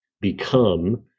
become